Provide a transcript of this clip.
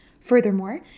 Furthermore